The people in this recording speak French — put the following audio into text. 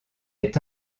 est